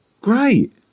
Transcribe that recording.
Great